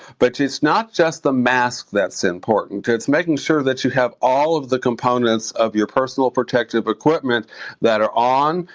but it's not just the mask that's important, it's making sure that you have all of the components of your personal protective equipment that are on,